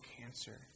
cancer